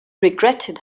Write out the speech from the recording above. regretted